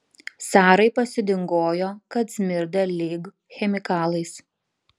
sarai pasidingojo kad smirda lyg chemikalais